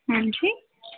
ਹਾਂਜੀ